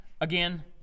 Again